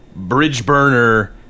Bridgeburner